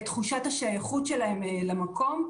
את תחושת השייכות שלהם למקום,